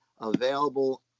available